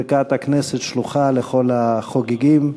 ברכת הכנסת שלוחה לכל החוגגים,